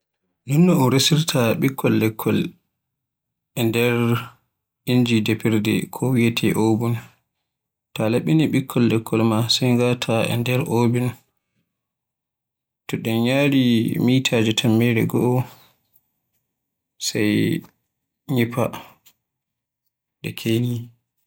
Non no un resirta ɓikkol lekkol e nder inji defirde ko wiyeete oven, ta laɓɓini ɓikkol lekkol maa sai ngata e nder oven ɗan yaari mitaaaje tammere goo sai nyifai ke keyni.